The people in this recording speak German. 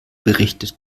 berichtet